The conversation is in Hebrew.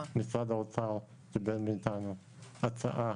משרד האוצר קיבל מאיתנו הצעה